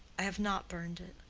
i have not burned it.